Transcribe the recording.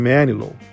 Manilow